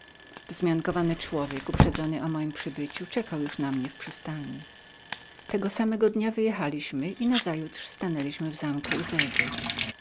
wzmiankowany człowiek uprzedzony o mojem przybyciu czekał już na mnie w przystani tego samego dnia wyjechaliśmy i nazajutrz stanęliśmy w zamku uzedy